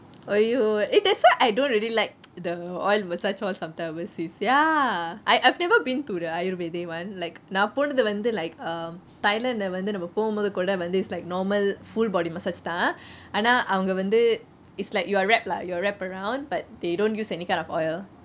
!aiyo! eh that's why I don't really like the oil massage all sometime overseas ya I I've never been to the ayurvedic one like நான் போனது வந்து:naan ponethu vanthu like thailand லே வந்து நம்ம போமோதுகூட வந்து:le vanthu namme pomothukoode vanthu is like normal full body massage தான் ஆனா அவங்க வந்து:thaan aana avange vanthu it's like you are wrapped lah you wrapped around but they don't use any kind of oil